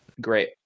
great